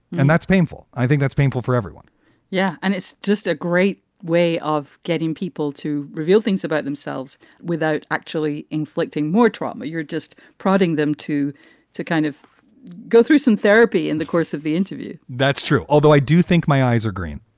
and that's painful. i think that's painful for everyone yeah. and it's just a great way of getting people to reveal things about themselves without actually inflicting more trauma. you're just prodding them to to kind of go through some therapy in the course of the interview that's true. although i do think my eyes are green